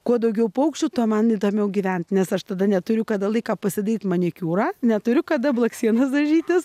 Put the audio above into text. kuo daugiau paukščių tuo man įdomiau gyvent nes aš tada neturiu kada laiką pasidaryt manikiūrą neturiu kada blakstienas dažytis